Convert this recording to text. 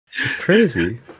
Crazy